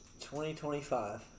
2025